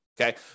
okay